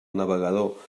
navegador